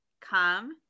come